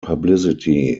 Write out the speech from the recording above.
publicity